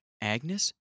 Agnes